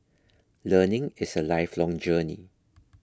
learning is a lifelong journey